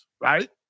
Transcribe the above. right